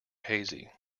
hazy